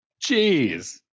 Jeez